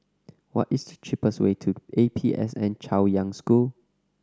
what is the cheapest way to A P S N Chaoyang School